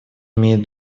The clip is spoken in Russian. имеет